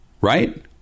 right